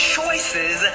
choices